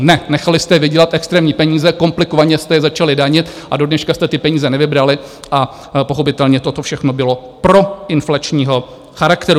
Ne, nechali jste je vydělat extrémní peníze, komplikovaně jste je začali danit, dodneška jste ty peníze nevybrali a pochopitelně toto všechno bylo proinflačního charakteru.